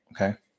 Okay